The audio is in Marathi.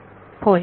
विद्यार्थी होय